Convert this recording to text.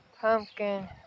pumpkin